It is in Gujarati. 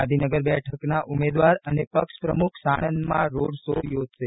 ગાંધીનગર બેઠકના ઉમેદવાર અને પક્ષ પ્રમુખ સાણંદમાં રોડ શો યોજશે